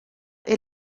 est